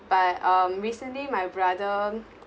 but um recently my brother